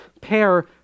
pair